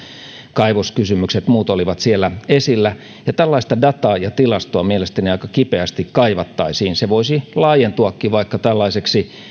kaivoskysymykset muut olivat siellä esillä tällaista dataa ja tilastoa mielestäni aika kipeästi kaivattaisin se voisi laajentuakin vaikka tällaiseksi